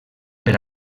per